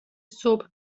صبح